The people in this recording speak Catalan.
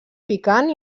picant